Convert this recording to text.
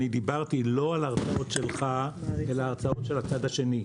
דיברתי לא על הרצאות שלך אלא על הרצאות של הצד השני,